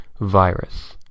virus